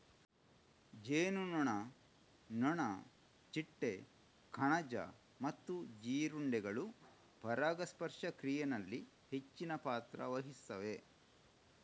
ಜೇನುನೊಣ, ನೊಣ, ಚಿಟ್ಟೆ, ಕಣಜ ಮತ್ತೆ ಜೀರುಂಡೆಗಳು ಪರಾಗಸ್ಪರ್ಶ ಕ್ರಿಯೆನಲ್ಲಿ ಹೆಚ್ಚಿನ ಪಾತ್ರ ವಹಿಸ್ತವೆ